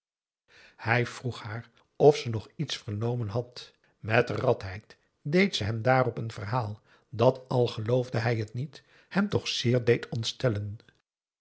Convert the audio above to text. vroeg haar of ze nog iets vernomen had met radheid deed ze hem daarop een verhaal dat al geloofde hij het niet hem toch zeer deed ontstellen